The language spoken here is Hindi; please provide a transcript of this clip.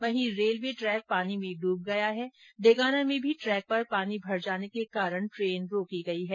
वही रेलवे ट्रैक पानी में ड्व गया है डेगाना में भी ट्रैक पर पानी भर जाने के कारण ट्रेन रोकी गई है